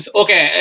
okay